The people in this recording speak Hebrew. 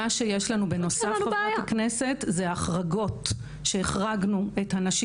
מה שיש לנו בנוסף הן ההחרגות שהחרגנו את הנשים